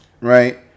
right